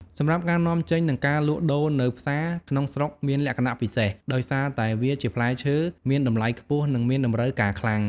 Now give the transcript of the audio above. សម្រាប់ការនាំចេញនិងការលក់ដូរនៅផ្សារក្នុងស្រុកមានលក្ខណៈពិសេស ដោយសារតែវាជាផ្លែឈើមានតម្លៃខ្ពស់ និងមានតម្រូវការខ្លាំង។